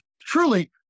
Truly